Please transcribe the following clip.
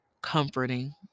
comforting